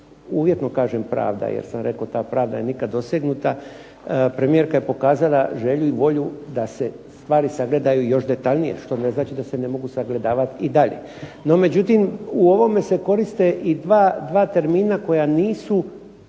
uvjetno kažem pravda. Jer sam rekao ta pravda je nikad dosegnuta. Premijerka je pokazala želju i volju da se stvari sagledaju još detaljnije što ne znači da se ne mogu sagledavati i dalje. No međutim, u ovome se koriste i dva termina koja nisu